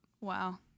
Wow